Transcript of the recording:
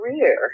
career